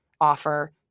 offer